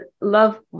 love